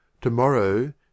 To-morrow